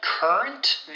Current